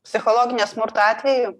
psichologinio smurto atveju